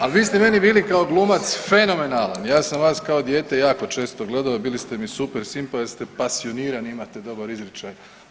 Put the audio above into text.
A vi ste meni bili kao glumac fenomenalan, ja sam vas kao dijete jako često gledao i bili ste mi super, simpa jer ste pasionirani, imate dobar izričaj.